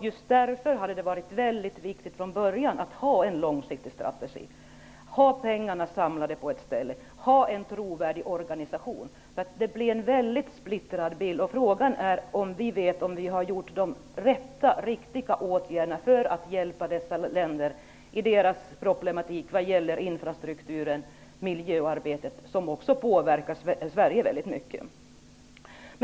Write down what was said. Just därför är det väldigt viktigt att från början ha en lågsiktig strategi, att ha pengarna samlade på ett ställe och att ha en trovärdig organisation. Annars blir det en mycket splittrad bild. Frågan är om vi vet om vi har genomfört de rätta och riktiga åtgärderna för att hjälpa dessa länder med deras problem vad gäller infrastrukturen och miljöarbetet, vilka också påverkar Sverige väldigt mycket.